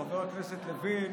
חבר הכנסת לוין,